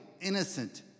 innocent